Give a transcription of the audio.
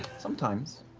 sometimes,